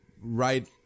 right